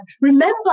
Remember